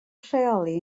rheoli